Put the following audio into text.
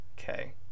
Okay